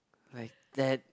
like that